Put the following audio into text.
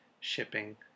shipping